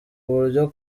buryo